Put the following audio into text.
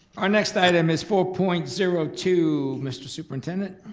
our next item is four point zero two, mr. superintendent?